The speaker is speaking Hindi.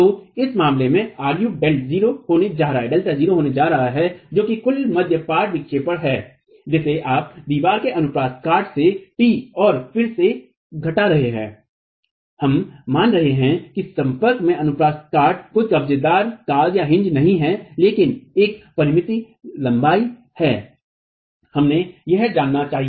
तो इस मामले में ru Δ0 होने जा रहा है जो कि कुल मध्य पाट विक्षेपण है जिसे आप दीवार के अनुप्रस्थ काट से t और फिर से घटा रहे हैं हम मान रहे हैं कि संपर्क में अनुप्रस्थ काट कोई कब्जेदारकाजहिन्ज नहीं है लेकिन एक परिमित लंबाई है